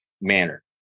manner